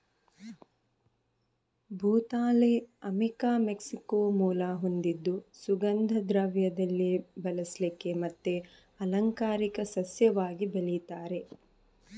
ಭೂತಾಳೆ ಅಮಿಕಾ ಮೆಕ್ಸಿಕೋ ಮೂಲ ಹೊಂದಿದ್ದು ಸುಗಂಧ ದ್ರವ್ಯದಲ್ಲಿ ಬಳಸ್ಲಿಕ್ಕೆ ಮತ್ತೆ ಅಲಂಕಾರಿಕ ಸಸ್ಯವಾಗಿ ಬೆಳೀತಾರೆ